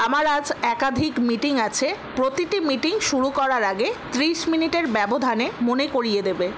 আমার আজ একাধিক মিটিং আছে প্রতিটি মিটিং শুরু করার আগে ত্রিশ মিনিটের ব্যবধানে মনে করিয়ে দেবে